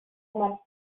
much